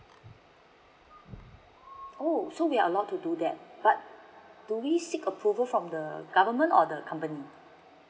oh so we are allowed to do that but do we seek approval from the government or the company